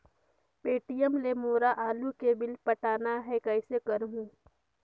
Paytm ले मोला आलू के बिल पटाना हे, कइसे करहुँ?